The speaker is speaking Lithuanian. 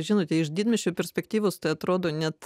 žinote iš didmiesčio perspektyvos atrodo net